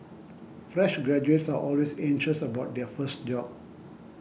fresh graduates are always anxious about their first job